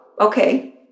okay